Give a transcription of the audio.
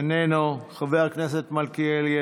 איננו; חבר הכנסת מלכיאלי,